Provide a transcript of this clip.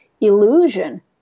illusion